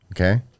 Okay